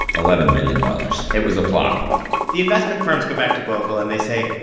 eleven million dollars. it was a flop the investment firms go back to bogle, and they say,